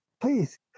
please